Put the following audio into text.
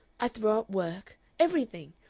i throw up work everything!